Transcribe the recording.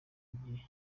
igihe